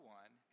one